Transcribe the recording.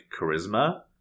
charisma